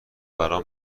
برام